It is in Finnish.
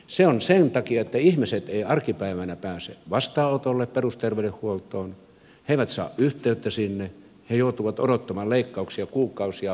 se on sen takia että ihmiset eivät arkipäivänä pääse vastaanotolle perusterveydenhuoltoon he eivät saa yhteyttä sinne he joutuvat odottamaan leikkauksia kuukausia parhaimmillaan vuosia